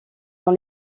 dans